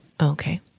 Okay